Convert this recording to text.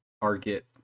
target